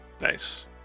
Nice